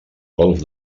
golf